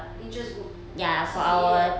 interest group C_C_A ah